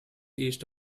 east